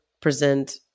present